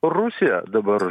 rusija dabar